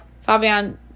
Fabian